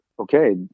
okay